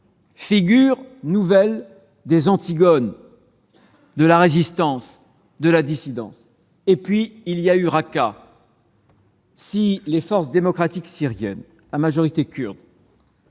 kurdes, nouvelles Antigone de la résistance, de la dissidence. Enfin il y eut Raqqa. Si les forces démocratiques syriennes à majorité kurde